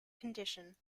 condition